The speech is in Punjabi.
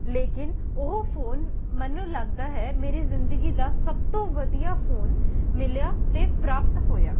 ਲੇਕਿਨ ਉਹ ਫ਼ੋਨ ਮੈਨੂੰ ਲੱਗਦਾ ਹੈ ਮੇਰੀ ਜ਼ਿੰਦਗੀ ਦਾ ਸਭ ਤੋਂ ਵਧੀਆ ਫ਼ੋਨ ਮਿਲਿਆ ਅਤੇ ਪ੍ਰਾਪਤ ਹੋਇਆ